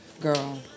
Girl